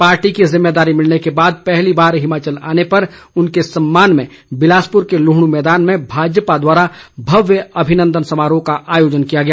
party की जिम्मेदारी मिलने के बाद पहली बार हिमाचल आने पर उनके सम्मान में बिलासपुर के लूहणू मैदान में भाजपा द्वारा भव्य अभिनंदन समारोह का आयोजन किया गया